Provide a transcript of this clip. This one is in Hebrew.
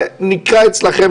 זה נקרא אצלכם,